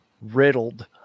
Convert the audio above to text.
Riddled